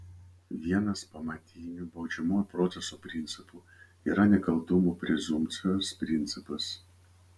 vienas pamatinių baudžiamojo proceso principų yra nekaltumo prezumpcijos principas